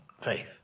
faith